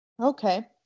Okay